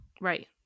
right